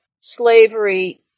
slavery